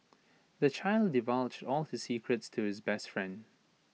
the child divulged all his secrets to his best friend